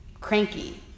cranky